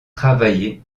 travaillées